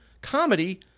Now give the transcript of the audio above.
comedy